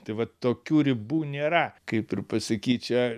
tai va tokių ribų nėra kaip ir pasakyt čia